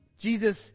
Jesus